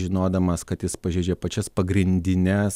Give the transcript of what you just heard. žinodamas kad jis pažeidžia pačias pagrindines